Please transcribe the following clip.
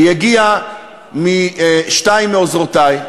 אלא היא הגיעה משתיים מעוזרותי,